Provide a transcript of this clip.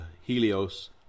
Helios